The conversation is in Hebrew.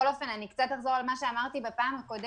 אנחנו מאחלים לך בריאות טובה במהרה,